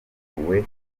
bahuguwe